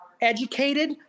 educated